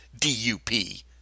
DUP